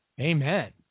Amen